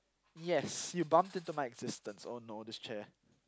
yes you bumped into my existence oh no this chair